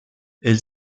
elle